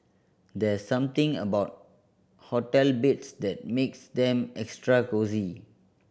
there's something about hotel beds that makes them extra cosy